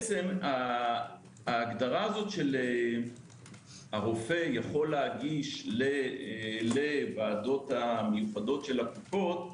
ההגדרה של הרופא יכול להגיש לוועדות המיוחדות של הקופות,